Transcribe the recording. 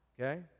Okay